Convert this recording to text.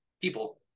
people